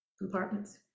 compartments